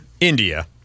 India